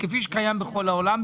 כפי שקיים בכל העולם,